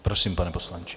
Prosím, pane poslanče.